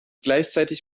gleichzeitig